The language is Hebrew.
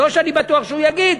לא שאני בטוח שהוא יגיד,